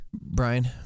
Brian